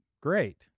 great